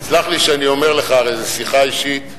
תסלח לי שאני אומר לך, הרי זה שיחה אישית,